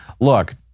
look